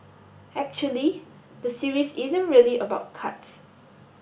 actually the series isn't really about cards